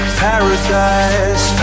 paradise